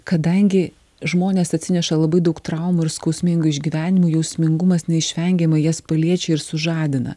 kadangi žmonės atsineša labai daug traumų ir skausmingų išgyvenimų jausmingumas neišvengiamai jas paliečia ir sužadina